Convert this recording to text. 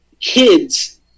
kids